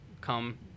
come